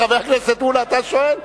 חבר הכנסת מולה, אתה שואל?